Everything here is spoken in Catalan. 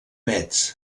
metz